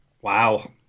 Wow